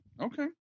Okay